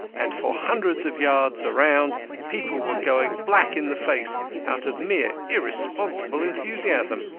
and for hundreds of yards around people were going black in the face out of mere irresponsible enthusiasm.